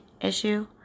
issue